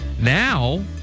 Now